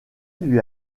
lui